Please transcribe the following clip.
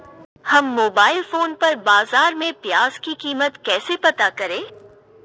हम mobile phone पर बाज़ार में प्याज़ की कीमत कैसे पता करें?